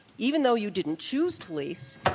even though you didn't choose to lease,